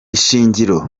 ishingiro